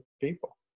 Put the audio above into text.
people